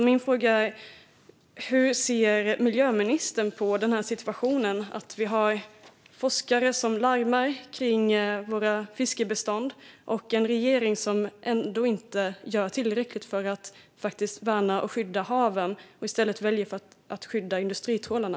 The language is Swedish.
Min fråga är därför: Hur ser miljöministern på situationen att vi har forskare som larmar kring våra fiskebestånd och en regering som ändå inte gör tillräckligt för att faktiskt värna och skydda haven utan i stället väljer att skydda industritrålarna?